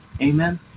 Amen